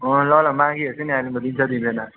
अँ ल ल मागिहेर्छु नि अहिले म दिन्छ दिँदैन